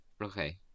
okay